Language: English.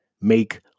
Make